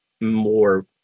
more